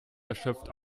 erschöpft